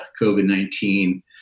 COVID-19